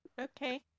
Okay